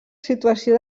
situació